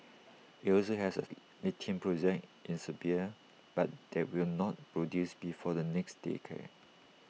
IT also has A lithium project in Serbia but that will not produce before the next decade